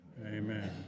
Amen